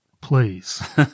Please